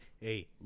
Hey